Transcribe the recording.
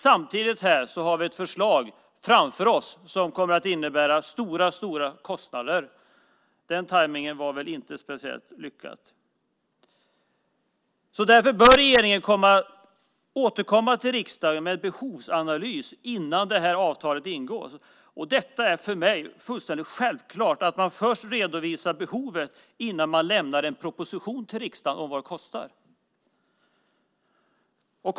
Samtidigt har vi här framför oss ett förslag som kommer att innebära mycket stora kostnader. Den tajmningen är väl inte speciellt lyckad. Därför bör regeringen innan det här avtalet ingås återkomma till riksdagen med en behovsanalys. För mig är det fullständigt självklart att man redovisar behovet innan man lämnar en proposition till riksdagen om kostnaden.